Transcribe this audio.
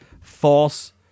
false